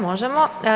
Možemo.